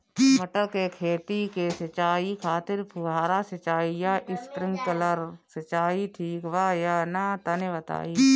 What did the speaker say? मटर के खेती के सिचाई खातिर फुहारा सिंचाई या स्प्रिंकलर सिंचाई ठीक बा या ना तनि बताई?